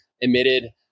emitted